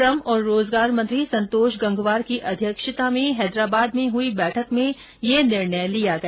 श्रम और रोजगार मंत्री संतोष गंगवार की अध्यक्षता में हैदराबाद में हुई बैठक में यह निर्णय लिया गया